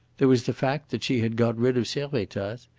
there was the fact that she had got rid of servettaz.